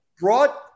brought